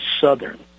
southern